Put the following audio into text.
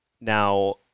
Now